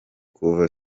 kuva